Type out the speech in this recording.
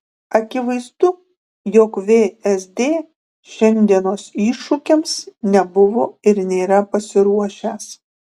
akivaizdu jog vsd šiandienos iššūkiams nebuvo ir nėra pasiruošęs